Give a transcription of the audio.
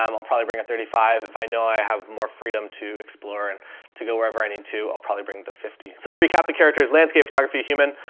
um i'll probably bring a thirty five if i know i have more freedom to explore and to go wherever i need to, i'll probably bring the fifty. so to recap, the characters, landscape, photography, human,